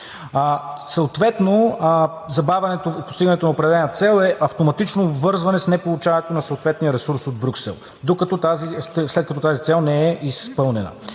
Забавянето в постигането на определена цел е автоматично обвързване с неполучаването на съответния ресурс от Брюксел, след като тази цел не е изпълнена.